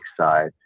side